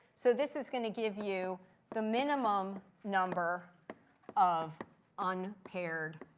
so this is going to give you the minimum number of unpaired